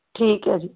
ਠੀਕ ਹੈ ਜੀ